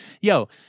Yo